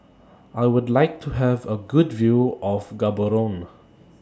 I Would like to Have A Good View of Gaborone